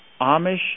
Amish